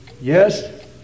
Yes